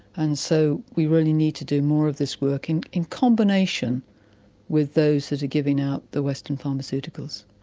and so we really need to do more of this work and in combination with those that are giving out the western pharmaceuticals.